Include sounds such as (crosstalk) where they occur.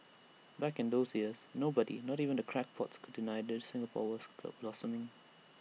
back in those years nobody not even the crackpots could deny that Singapore was (noise) blossoming